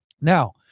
Now